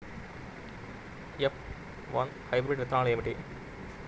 F one hybrid విత్తనాలు ఏమిటి?